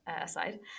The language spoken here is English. aside